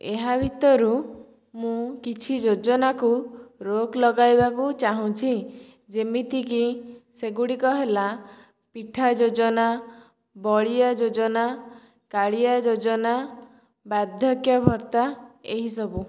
ଏହା ଭିତରୁ ମୁଁ କିଛି ଯୋଜନାକୁ ରୋକ ଲଗାଇବାକୁ ଚାହୁଁଛି ଯେମିତିକି ସେଗୁଡ଼ିକ ହେଲା ପିଠା ଯୋଜନା ବଳିଆ ଯୋଜନା କାଳିଆ ଯୋଜନା ବାର୍ଦ୍ଧକ୍ୟ ଭତ୍ତା ଏହିସବୁ